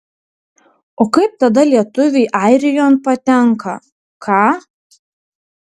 o kaip tada lietuviai airijon patenka ką